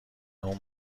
اون